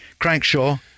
Crankshaw